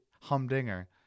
humdinger